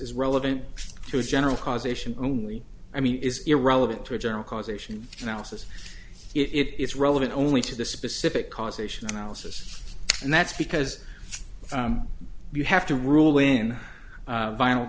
is relevant to a general causation only i mean is irrelevant to a general causation analysis if it's relevant only to the specific causation analysis and that's because you have to rule in